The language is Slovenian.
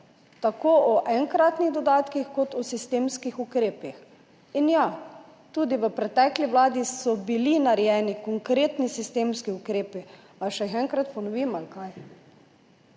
tako o enkratnih dodatkih kot o sistemskih ukrepih. Ja, tudi v pretekli vladi so bili narejeni konkretni sistemski ukrepi. A jih še enkrat ponovim?